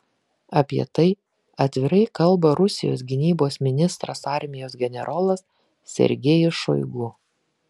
apie tai atvirai kalba rusijos gynybos ministras armijos generolas sergejus šoigu